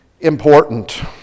important